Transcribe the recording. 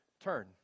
turn